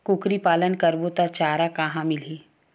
कुकरी पालन करबो त चारा कहां मिलही?